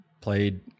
played